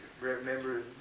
remember